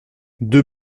deux